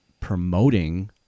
promoting